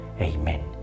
Amen